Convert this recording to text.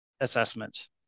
assessment